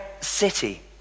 city